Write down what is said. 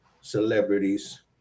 celebrities